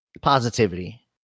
positivity